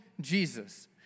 Jesus